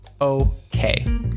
Okay